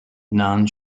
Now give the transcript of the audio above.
nan